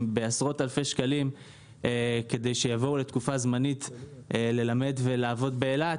בעשרות אלפי שקלים כדי שיבואו לתקופה זמנית ללמד ולעבוד באילת,